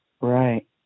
Right